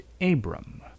Abram